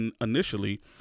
initially